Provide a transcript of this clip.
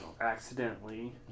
accidentally